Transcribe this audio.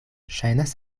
ŝajnas